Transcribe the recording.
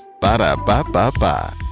Ba-da-ba-ba-ba